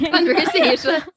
Conversation